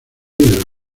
del